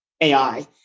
AI